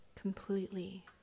completely